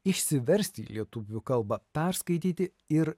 išsiversti lį ietuvių kalba perskaityti ir